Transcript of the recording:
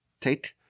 Take